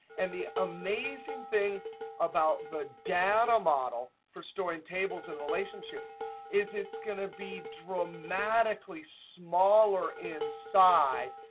and the amazing thing about the data model for storing tables and relationships is it's going to be dramatically smaller in size,